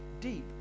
Deep